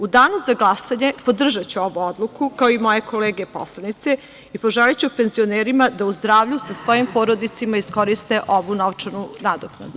U danu za glasanje podržaću ovu odluku, kao i moje kolege poslanici, i poželeću penzionerima da u zdravlju sa svojim porodicama iskoriste ovu novčanu nadoknadu.